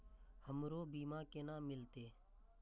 हमरो बीमा केना मिलते?